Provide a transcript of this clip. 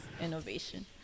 innovation